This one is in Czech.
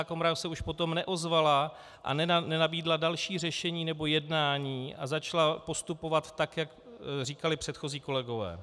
Lékařská komora se už potom neozvala a nenabídla další řešení nebo jednání a začala postupovat tak, jak říkali předchozí kolegové.